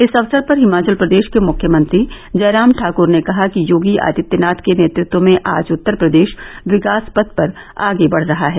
इस अवसर पर हिमाचल प्रदेश के मुख्यमंत्री जयराम ठाकर ने कहा कि योगी आदित्यनाथ के नेतृत्व में आज उत्तर प्रदेश विकास पथ पर आगे बढ़ रहा है